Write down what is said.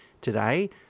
today